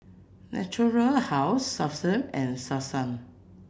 Natura House Selsun and Selsun